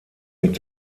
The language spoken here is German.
mit